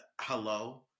hello